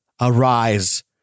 Arise